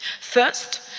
First